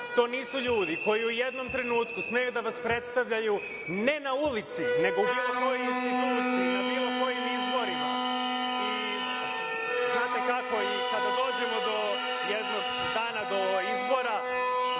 to nisu ljudi koji u jednom trenutku smeju da vas predstavljaju ne na ulici nego u bilo kojoj instituciji, u bilo kojim izborima. Znate kako, kada dođemo jednog dana do izbora,